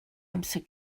amser